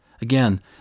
Again